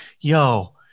yo